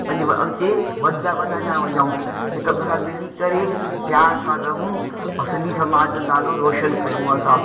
पंहिंजे व अॻिते वधदा वधंदा वञूं हिक ॿिए सां मिली करे प्यार सां रहूं ऐं सिंधी समाज जो नालो रोशन कयूं असां